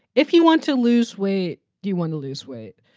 if you want to lose weight, do you want to lose weight?